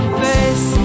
face